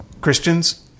Christians